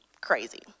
crazy